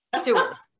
Sewers